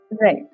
Right